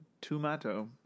Tomato